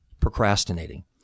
procrastinating